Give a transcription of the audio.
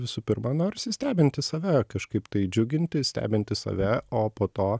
visų pirma norsi stebinti save kažkaip tai džiuginti stebinti save o po to